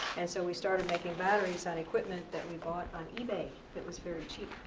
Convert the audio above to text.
and so, we started making batteries on equipment that we bought on ebay that was very cheap,